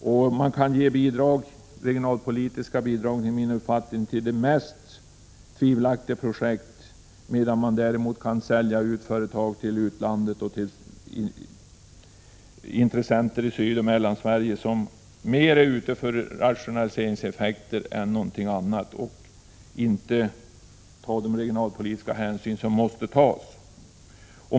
Enligt min uppfattning kan man ge regionalpolitiska bidrag till de mest tvivelaktiga projekt, medan man däremot kan sälja ut företag till utlandet och till intressenter i Sydoch Mellansverige som mer är ute efter rationaliseringseffekter än någonting annat och inte tar de regionalpolitiska hänsyn som måste tas.